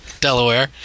Delaware